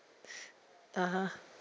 (uh huh)